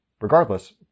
Regardless